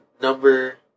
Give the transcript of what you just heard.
number